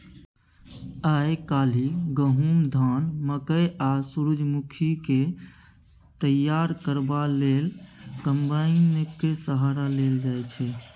आइ काल्हि गहुम, धान, मकय आ सूरजमुखीकेँ तैयार करबा लेल कंबाइनेक सहारा लेल जाइ छै